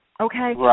Okay